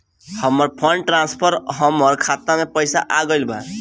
हमर fund transfer हमर खाता में वापस आ गईल बा